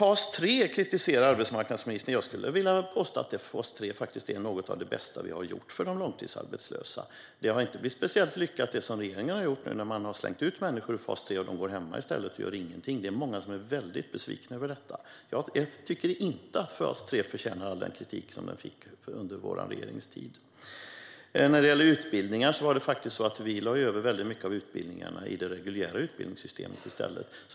Arbetsmarknadsministern kritiserar fas 3. Jag skulle vilja påstå att fas 3 faktiskt är något av det bästa vi har gjort för de långtidsarbetslösa. Det som regeringen har gjort nu har inte blivit speciellt lyckat - man har slängt ut människor ur fas 3, så att de går hemma och gör ingenting. Det är många som är väldigt besvikna över detta. Jag tycker inte att fas 3 förtjänar den kritik som det fick under vår regerings tid. När det gäller utbildningar vill jag framhålla att vi lade över mycket av utbildningarna i det reguljära utbildningssystemet i stället.